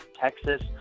Texas